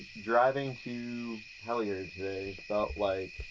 driving too hellier today felt like,